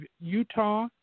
Utah